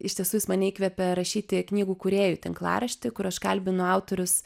iš tiesų jis mane įkvepė rašyti knygų kūrėjų tinklaraštį kur aš kalbinu autorius